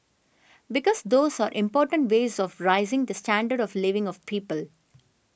because those are important ways of raising the standard of living of people